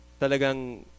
talagang